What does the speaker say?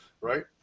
right